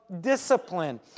discipline